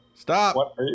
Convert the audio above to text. Stop